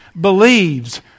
believes